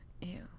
Ew